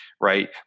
Right